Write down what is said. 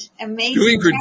Amazing